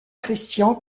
christian